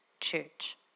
church